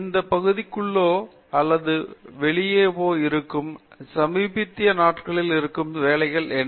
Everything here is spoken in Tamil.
இந்த பகுதிக்குள்ளோ அல்லது வெளியேவோ இருக்கும் சமீபத்திதிய நாட்களில் இருக்கும் வேலைகள் என்ன